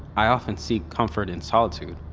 i often seek comfort in solitude,